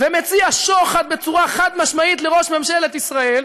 ומציע שוחד בצורה חד-משמעית לראש ממשלת ישראל,